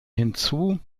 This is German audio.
hinzu